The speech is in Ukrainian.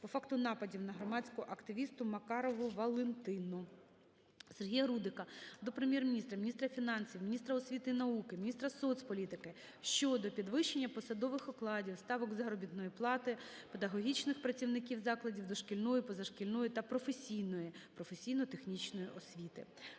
по факту нападів на громадську активістку Макарову Валентину. Сергія Рудика до Прем'єр-міністра, міністра фінансів, міністра освіти і науки, міністра соцполітики щодо підвищення посадових окладів (ставок заробітної плати) педагогічних працівників закладів дошкільної, позашкільної та професійної (професійно-технічної) освіти.